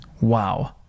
Wow